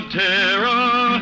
terror